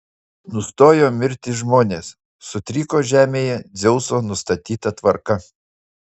nustojo mirti žmonės sutriko žemėje dzeuso nustatyta tvarka